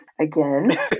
again